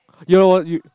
you're what you